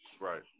Right